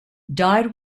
died